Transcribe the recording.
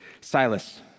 Silas